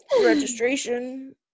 registration